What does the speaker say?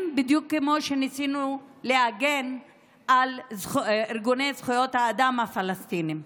בדיוק כמו שניסינו להגן על ארגוני זכויות האדם הפלסטיניים.